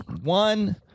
one